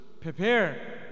prepare